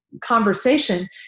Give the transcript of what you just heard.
conversation